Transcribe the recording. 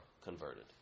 converted